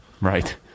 Right